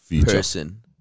person